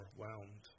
overwhelmed